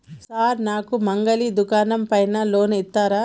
Sir నాకు మంగలి దుకాణం పైన లోన్ ఇత్తరా?